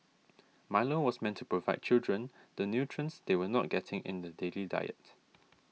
Milo was meant to provide children the nutrients they were not getting in the daily diet